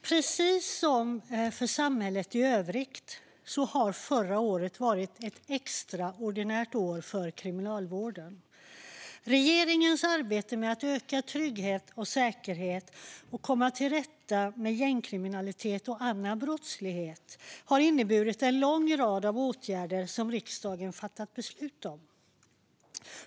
Precis som för samhället i övrigt var förra året ett extraordinärt år för kriminalvården. Regeringens arbete med att öka trygghet och säkerhet och komma till rätta med gängkriminalitet och annan brottslighet har inneburit att riksdagen har fattat beslut om en lång rad åtgärder.